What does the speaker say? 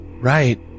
right